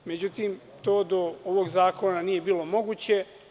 Međutim, to do ovog zakona nije bilo moguće.